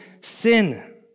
sin